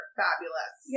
fabulous